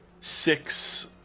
six